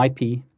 IP